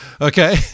okay